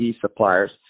suppliers